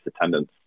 attendance